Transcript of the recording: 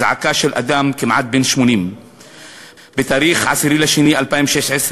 זעקה של אדם כמעט בן 80. בתאריך 10 בפברואר 2016,